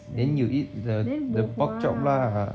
then you eat the pork chop lah